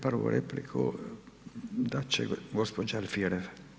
Prvu repliku dat će gospođa Alfirev.